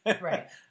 Right